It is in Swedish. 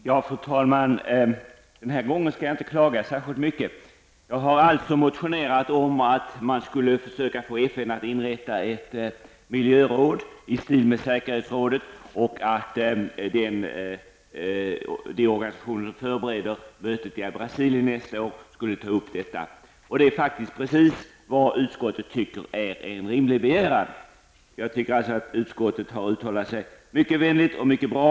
Fru talman! Den här gången skall jag inte beklaga mig särskilt mycket. Jag har motionerat om att man skulle få FN att inrätta ett miljöråd i stil med säkerhetsrådet och att den organisation som förbereder mötet i Brasilien nästa år skulle ta upp detta. Det är precis vad utskottet anser vara en rimlig begäran. Utskottet har uttalat sig mycket vänligt och mycket bra.